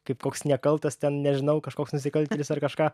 kaip koks nekaltas ten nežinau kažkoks nusikaltėlis ar kažką